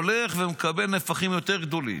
הולך ומקבל נפחים יותר גדולים.